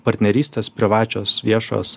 partnerystės privačios viešos